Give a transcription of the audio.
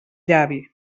llavi